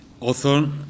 author